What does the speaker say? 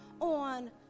on